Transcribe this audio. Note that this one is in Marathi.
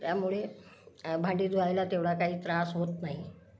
त्यामुळे भांडी धुवायला तेवढा काही त्रास होत नाही